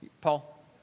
Paul